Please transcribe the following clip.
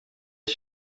rwo